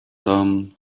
tam